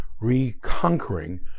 reconquering